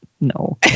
no